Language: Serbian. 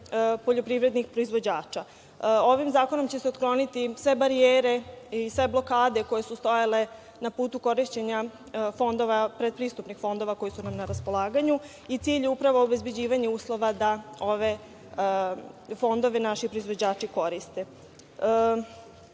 poljoprivrednih proizvođača. Ovim zakonom će se otkloniti sve barijere ili sve blokade koje su stajale na putu korišćenja predpristupnih fondova koji su nam na raspolaganju. Cilj je upravo obezbeđivanje uslova da ove fondove naši proizvođači koriste.